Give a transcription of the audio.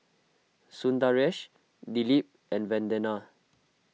Sundaresh Dilip and Vandana